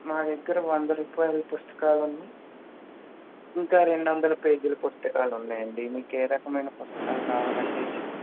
మా దగ్గర వంద రూపాయల పుస్తకాలు ఉన్నాయి ఇంకా రెండు వందల పేజీల పుస్తకాలు ఉన్నాయి అండి మీకు ఏ రకమైన పుస్తకాలు కావాలండి